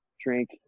drink